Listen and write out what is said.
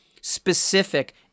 specific